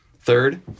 third